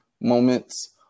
moments